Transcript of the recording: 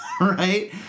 right